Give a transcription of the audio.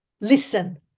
Listen